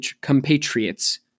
compatriots